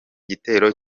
gitero